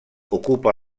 ocupa